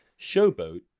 showboat